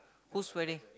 whose wedding